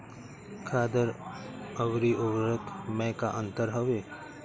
खादर अवरी उर्वरक मैं का अंतर हवे?